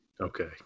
Okay